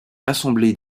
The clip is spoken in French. l’assemblée